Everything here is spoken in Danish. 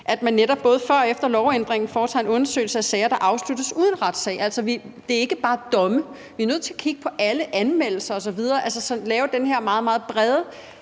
at man netop både før og efter lovændringen foretager en undersøgelse af sager, der afsluttes uden retssag. Det er ikke bare domme. Vi er nødt til at kigge på alle anmeldelser osv. og lave den her meget, meget